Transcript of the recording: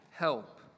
help